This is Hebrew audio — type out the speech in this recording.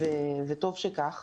וטוב שכך.